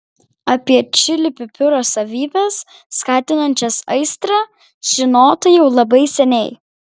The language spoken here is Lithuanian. apie čili pipiro savybes skatinančias aistrą žinota jau labai seniai